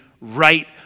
right